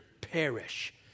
perish